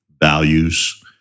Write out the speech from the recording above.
values